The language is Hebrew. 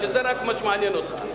שרק זה מה שמעניין אותך.